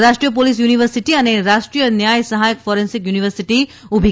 રાષ્ટ્રીય police university અને રાષ્ટ્રીય ન્યાય સહાયક ફોરેન્સિક યુનિવર્સિટી ઊભી